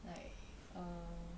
like uh